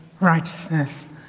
Righteousness